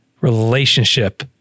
relationship